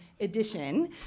edition